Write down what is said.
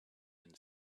been